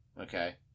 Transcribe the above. okay